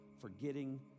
forgetting